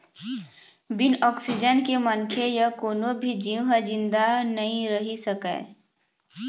बिन ऑक्सीजन के मनखे य कोनो भी जींव ह जिंदा नइ रहि सकय